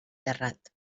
terrat